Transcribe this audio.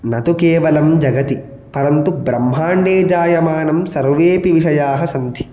न तु केवलं जगति परन्तु ब्रह्माण्डे जायमानं सर्वेपि विषयाः सन्ति